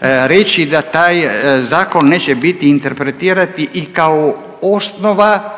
reći da taj zakon neće biti interpretirati i kao osnova